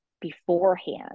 beforehand